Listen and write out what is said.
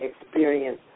experience